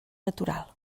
natural